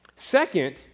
Second